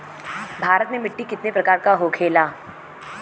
भारत में मिट्टी कितने प्रकार का होखे ला?